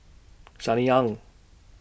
Sunny Ang